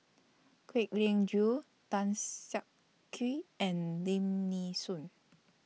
Kwek Leng Joo Tan Siak Kew and Lim Nee Soon